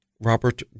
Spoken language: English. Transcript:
Robert